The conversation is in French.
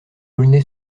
aulnay